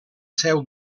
seu